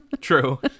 true